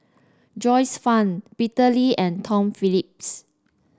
Joyce Fan Peter Lee and Tom Phillips